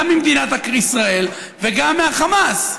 גם ממדינת ישראל וגם מהחמאס.